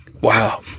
Wow